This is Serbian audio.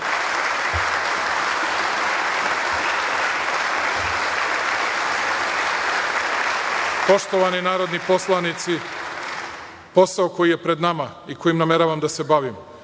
poštovani narodni poslanici, posao koji je pred nama i kojim nameravam da se bavim.